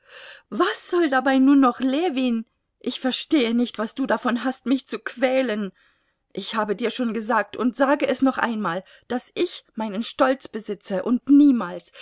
was soll dabei nun noch ljewin ich verstehe nicht was du davon hast mich zu quälen ich habe dir schon gesagt und sage es noch einmal daß ich meinen stolz besitze und niemals